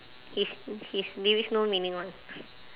his his lyrics no meaning [one]